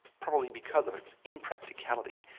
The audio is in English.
probably because of its impracticality,